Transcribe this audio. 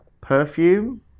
Perfume